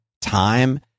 time